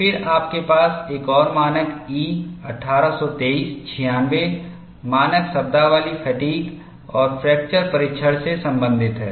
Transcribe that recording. फिर आपके पास एक और मानक E 1823 96 मानक शब्दावली फ़ैटिग् और फ्रैक्चर परीक्षण से संबंधित है